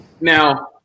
Now